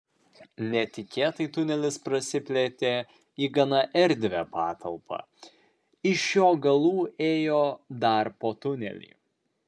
netikėtai tunelis prasiplėtė į gana erdvią patalpą iš jo galų ėjo dar po tunelį